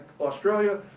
Australia